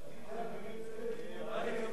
רבותי, אני מסכים,